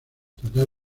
tratar